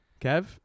kev